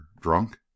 drunk